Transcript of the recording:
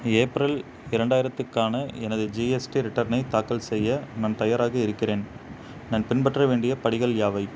April இரண்டாயிரத்துக்கான எனது GST ரிட்டர்னை தாக்கல் செய்ய நான் தயாராக இருக்கின்றேன் நான் பின்பற்ற வேண்டிய படிகள் யாவை